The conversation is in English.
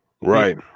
right